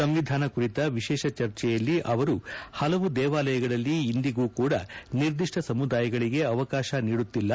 ಸಂವಿಧಾನ ಕುರಿತ ವಿಶೇಷ ಚರ್ಚೆಯಲ್ಲಿ ಅವರು ಹಲವು ದೇವಾಲಯಗಳಲ್ಲಿ ಇಂದಿಗೂ ಕೂಡಾ ನಿರ್ದಿಷ್ಣ ಸಮುದಾಯಗಳಿಗೆ ಅವಕಾಶ ನೀಡುತ್ತಿಲ್ಲ